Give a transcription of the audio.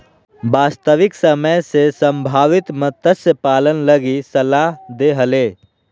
वास्तविक समय में संभावित मत्स्य पालन लगी सलाह दे हले